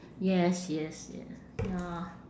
yes yes yes ya